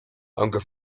aunque